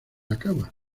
acaba